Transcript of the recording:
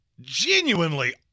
genuinely